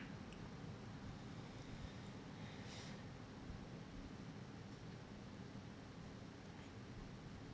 um